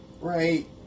Right